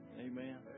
Amen